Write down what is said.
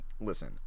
listen